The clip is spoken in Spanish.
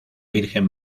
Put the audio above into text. virgen